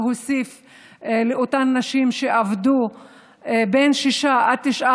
להוסיף לאותן נשים שעבדו בין שישה לתשעה